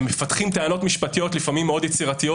הם מפתחים טענות משפטיות לפעמים יצירתיות